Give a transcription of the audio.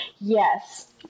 Yes